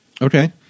Okay